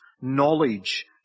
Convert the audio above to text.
knowledge